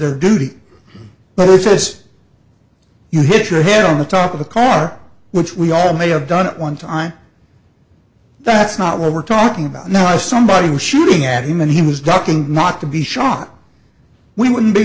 their duty but who says you hit your head on the top of the car which we all may have done at one time that's not what we're talking about now if somebody was shooting at him and he was ducking not to be shot we wouldn't be